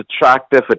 attractive